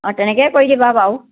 অঁ তেনেকেই কৰি দিবা বাৰু